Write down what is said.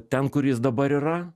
ten kur jis dabar yra